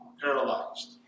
paralyzed